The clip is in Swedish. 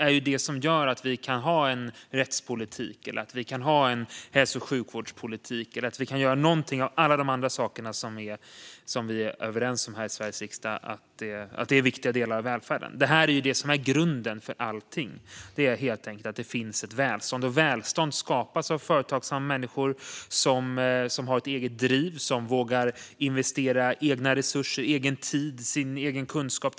Det är det som gör att vi kan ha en rättspolitik, att vi kan ha en hälso och sjukvårdspolitik och att vi kan göra någon av alla de andra saker som vi här i Sveriges riksdag är överens om är viktiga delar av välfärden. Det är det här som är grunden för allting - det är helt enkelt att det finns ett välstånd. Och välstånd skapas av företagsamma människor som har ett eget driv, som vågar investera egna resurser och egen tid och kunskap.